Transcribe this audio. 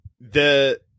the-